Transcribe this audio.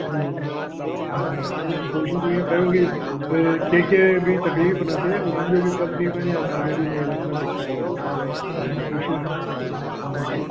हा कोशिशि ईअं कयूं की कंहिं खे बि तकलीफ़ु न थिए उन्हनि जो बि कमु थी वञे असांखे बि कोई अलॻि सां दिक़त न अचे त माण्हू ख़ुशि रहनि जी